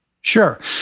Sure